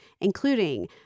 including